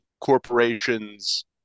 corporations